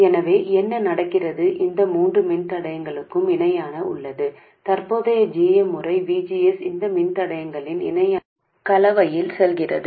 எனவே என்ன நடக்கிறது இந்த மூன்று மின்தடையங்களும் இணையாக உள்ளன தற்போதைய g m முறை V G S இந்த மின்தடையங்களின் இணையான கலவையில் செல்கிறது